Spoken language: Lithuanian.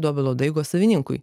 dobilo daigo savininkui